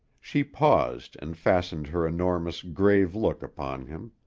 she paused and fastened her enormous, grave look upon him.